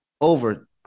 over